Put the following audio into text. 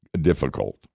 difficult